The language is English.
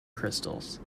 crystals